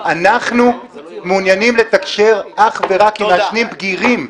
אנחנו מעוניינים לתקשר אך ורק עם מעשנים בגירים.